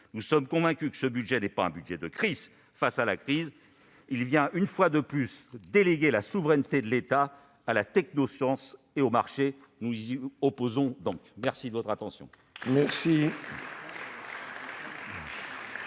Nous sommes convaincus que ce budget n'est pas un budget de crise face à la crise. Il vient une fois de plus déléguer la souveraineté de l'État à la technoscience et au marché. Nous nous y opposons donc. La parole est